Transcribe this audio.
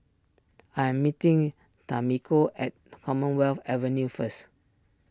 I am meeting Tamiko at Commonwealth Avenue first